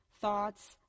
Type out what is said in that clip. thoughts